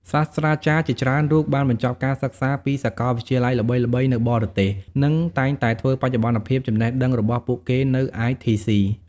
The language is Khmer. សាស្ត្រាចារ្យជាច្រើនរូបបានបញ្ចប់ការសិក្សាពីសាកលវិទ្យាល័យល្បីៗនៅបរទេស និងតែងតែធ្វើបច្ចុប្បន្នភាពចំណេះដឹងរបស់ពួកគេនៅITC។